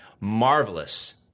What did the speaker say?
marvelous